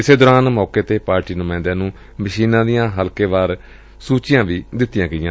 ਇਸੇ ਦੌਰਾਨ ਮੌਕੇ ਤੇ ਪਾਰਟੀ ਨੁਮਾੰਇਦਿਆਂ ਨੂੰ ਮਸ਼ੀਨਾਂ ਦੀਆਂ ਹਲਕੇ ਵਾਰ ਲਿਸਟਾਂ ਦਿੱਤੀਆਂ ਗਈਆਂ